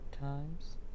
times